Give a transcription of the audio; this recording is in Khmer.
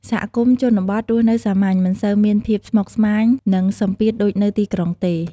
សហគមន៍ជនបទរស់នៅសាមញ្ញ មិនសូវមានភាពស្មុគស្មាញ និងសម្ពាធដូចនៅទីក្រុងទេ។